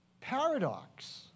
paradox